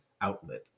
outlet